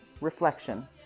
Reflection